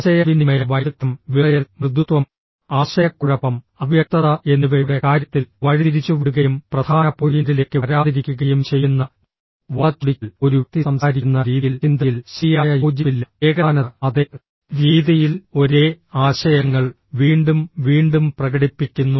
ആശയവിനിമയ വൈദഗ്ദ്ധ്യം വിറയൽ മൃദുത്വം ആശയക്കുഴപ്പം അവ്യക്തത എന്നിവയുടെ കാര്യത്തിൽ വഴിതിരിച്ചുവിടുകയും പ്രധാന പോയിന്റിലേക്ക് വരാതിരിക്കുകയും ചെയ്യുന്ന വളച്ചൊടിക്കൽ ഒരു വ്യക്തി സംസാരിക്കുന്ന രീതിയിൽ ചിന്തയിൽ ശരിയായ യോജിപ്പില്ല ഏകതാനത അതേ രീതിയിൽ ഒരേ ആശയങ്ങൾ വീണ്ടും വീണ്ടും പ്രകടിപ്പിക്കുന്നു